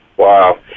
Wow